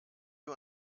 wir